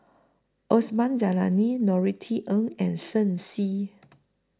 Osman Zailani Norothy Ng and Shen Xi